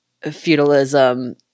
feudalism